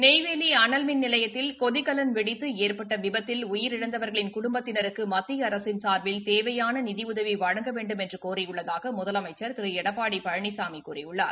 நெய்வேலி அனல்மின் நிலையத்தில் கொதிகலன் வெடித்து ஏற்பட்ட விபத்தில் உயிரிழந்தவர்களின் குடும்பத்தினருக்கு மத்திய அரசின் சார்பில் தேவையான நிதி உதவி வழங்க வேண்டுமென்று கோரியுள்ளதாக முதலமைச்ச் திரு எடப்பாடி பழனிசாமி கூறியுள்ளார்